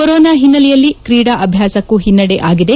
corona ಹಿನ್ನೆಲೆಯಲ್ಲಿ ಕ್ರೀಡಾ ಅಭ್ಯಾಸಕ್ಕೂ ಹಿನ್ನಡೆ ಆಗಿದೆ